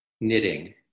knitting